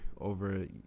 over